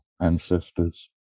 ancestors